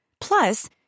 Plus